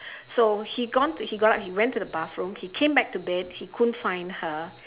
so he gone to he got up he went to the bathroom he came back to bed he couldn't find her